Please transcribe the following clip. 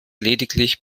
lediglich